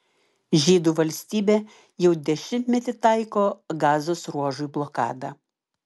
žydų valstybė jau dešimtmetį taiko gazos ruožui blokadą